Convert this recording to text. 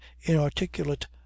inarticulate